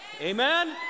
Amen